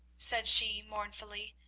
said she mournfully,